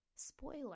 Spoiler